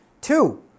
Two